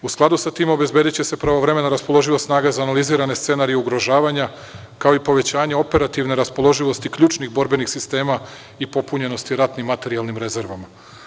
U skladu sa tim, obezbediće se pravovremena raspoloživa snaga za analizirane scenarije ugrožavanja, kao i povećanje operativne raspoloživosti ključnih borbenih sistema i popunjenosti ratnim materijalnim rezervama.